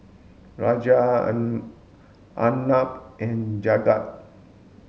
Raja Arnab and Jagat